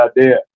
idea